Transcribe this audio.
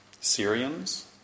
Syrians